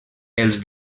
els